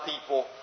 people